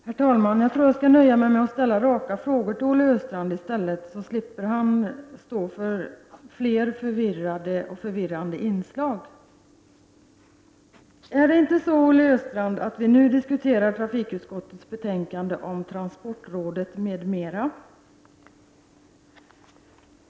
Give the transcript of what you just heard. Herr talman! Jag tror att jag skall nöja mig med att ställa raka frågor till Olle Östrand så att han slipper stå för fler förvirrade och förvirrande inslag. Är det inte så, Olle Östrand, att vi nu diskuterar trafikutskottets betänkande om transportrådet m.m.?